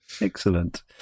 Excellent